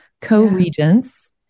co-regents